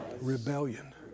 rebellion